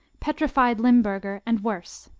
petrified limburger, and worse.